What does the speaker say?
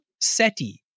Seti